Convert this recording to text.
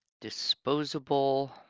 disposable